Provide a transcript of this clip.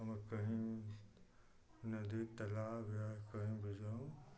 हम अब कहीं भी नदी तलाब या कहीं भी जाऊँ